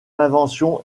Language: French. invention